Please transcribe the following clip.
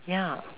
ya